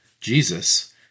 Jesus